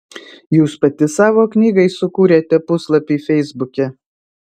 jūs pati savo knygai sukūrėte puslapį feisbuke